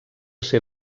ser